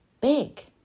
big